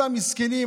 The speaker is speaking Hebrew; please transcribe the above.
אותם מסכנים,